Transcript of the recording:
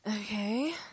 okay